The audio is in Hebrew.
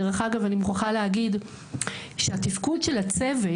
דרך אגב אני מוכרחה להגיד שהתפקוד של הצוות,